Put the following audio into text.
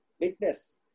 witness